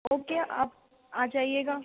okay آپ آ جائیے گا